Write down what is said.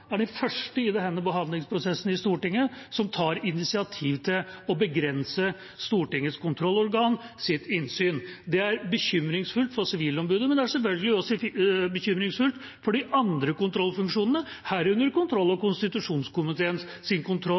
er det første i denne behandlingsprosessen i Stortinget som tar initiativ til å begrense Stortingets kontrollorganers innsyn. Det er bekymringsfullt for Sivilombudet, men det er selvfølgelig også bekymringsfullt for de andre kontrollfunksjonene, herunder kontroll- og konstitusjonskomiteens kontroll